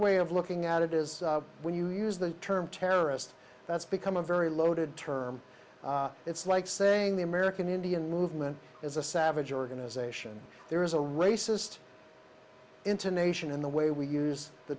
way of looking at it is when you use the term terrorist that's become a very loaded term it's like saying the american indian movement is a savage organization there is a racist intonation in the way we use the